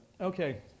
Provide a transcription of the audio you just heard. Okay